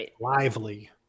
lively